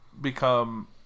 become